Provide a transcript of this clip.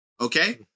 okay